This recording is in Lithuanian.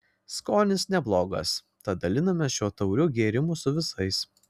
skonis neblogas tad dalinamės šiuo tauriu gėrimu su visais